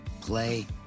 play